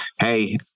Hey